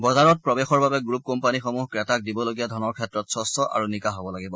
বজাৰত প্ৰৱেশৰ বাবে গ্ৰুপ কোম্পানীসমূহ ক্ৰেতাক দিবলগীয়া ধনৰ ক্ষেত্ৰত স্কচ্ছ আৰু নিকা হব লাগিব